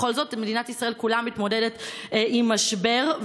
בכל זאת מדינת ישראל כולה מתמודדת עם משבר,